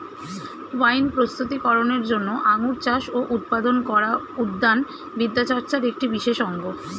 wine প্রস্তুতি করনের জন্য আঙুর চাষ ও উৎপাদন করা উদ্যান বিদ্যাচর্চার একটি বিশেষ অঙ্গ